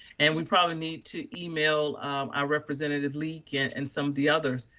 and we probably need to email our representative leek and and some of the others,